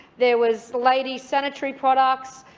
there was ladies' sanitary products